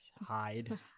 hide